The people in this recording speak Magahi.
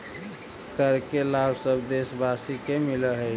कर के लाभ सब देशवासी के मिलऽ हइ